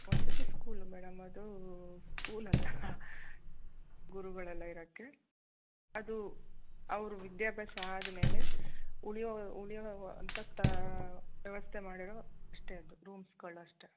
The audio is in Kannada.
ವಸತಿ ಸ್ಕೂಲು ಮೇಡಮ್ ಅದು ಸ್ಕೂಲ್ ಅಲ್ಲ ಗುರುಗಳೆಲ್ಲ ಇರಕ್ಕೆ ಅದು ಅವರು ವಿದ್ಯಾಭ್ಯಾಸ ಆದ್ಮೇಲೆ ಉಳಿಯೋ ಉಳ್ಯೋವವು ಅಂತ ತ ವ್ಯವಸ್ಥೆ ಮಾಡಿರೋ ಅಷ್ಟೆ ಅದು ರೂಮ್ಸ್ಗಳು ಅಷ್ಟೆ